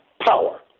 power